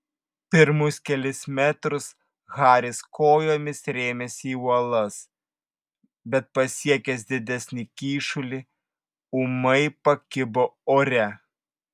pirmus kelis metrus haris kojomis rėmėsi į uolas bet pasiekęs didesnį kyšulį ūmai pakibo ore